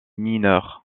mineurs